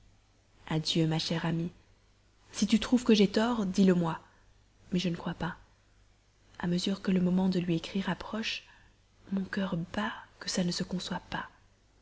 adieu ma chère amie si tu trouves que j'aie tort dis-le moi mais je ne crois pas à mesure que le moment de lui écrire approche mon cœur bat que ça ne se conçoit pas